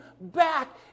back